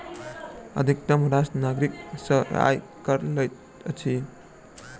अधितम राष्ट्र नागरिक सॅ आय कर लैत अछि